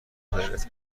خیرت